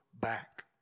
back